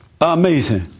Amazing